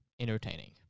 entertaining